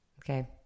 okay